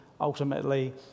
ultimately